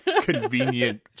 convenient